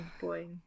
boy